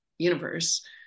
universe